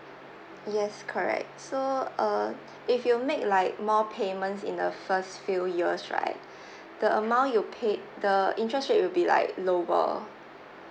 yes correct so uh if you make like more payments in the first few years right the amount you paid the interest rate will be like lower